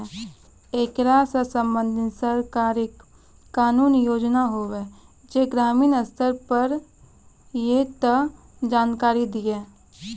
ऐकरा सऽ संबंधित सरकारक कूनू योजना होवे जे ग्रामीण स्तर पर ये तऽ जानकारी दियो?